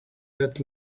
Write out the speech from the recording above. that